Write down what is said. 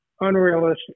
unrealistic